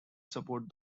support